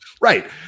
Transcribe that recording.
Right